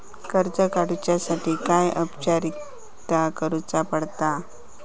कर्ज काडुच्यासाठी काय औपचारिकता करुचा पडता?